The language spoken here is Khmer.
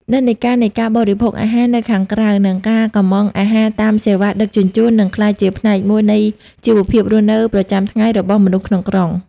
និន្នាការនៃការបរិភោគអាហារនៅខាងក្រៅ និងការកម្មង់អាហារតាមសេវាដឹកជញ្ជូន បានក្លាយជាផ្នែកមួយនៃជីវភាពរស់នៅប្រចាំថ្ងៃរបស់មនុស្សក្នុងក្រុង។